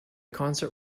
concert